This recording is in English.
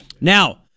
Now